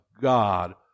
God